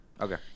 Okay